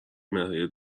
مهریه